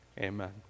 amen